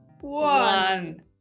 one